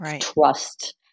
trust